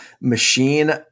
machine